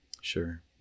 sure